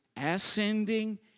ascending